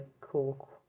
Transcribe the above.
cool